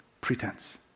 Pretense